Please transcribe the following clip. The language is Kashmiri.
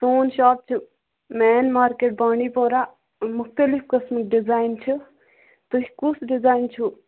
سون شاپ چھُ مین مارکٮ۪ٹ بانڈی پورا مختلف قٕسمٕکۍ ڈِزایِن چھِ تۄہہِ کُس ڈِزایِن چھو